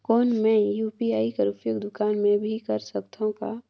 कौन मै यू.पी.आई कर उपयोग दुकान मे भी कर सकथव का?